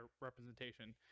representation